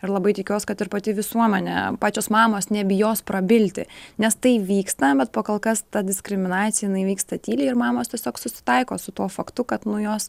ir labai tikiuos kad ir pati visuomenė pačios mamos nebijos prabilti nes tai vyksta bet po kol kas ta diskriminacija jinai vyksta tyliai ir mamos tiesiog susitaiko su tuo faktu kad nu jos